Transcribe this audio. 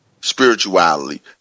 spirituality